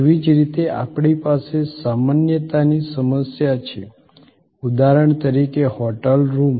તેવી જ રીતે આપણી પાસે સામાન્યતાની સમસ્યા છે ઉદાહરણ તરીકે હોટેલ રૂમ